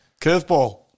Curveball